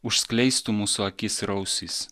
užskleistų mūsų akis ir ausis